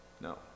No